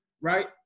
right